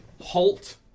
halt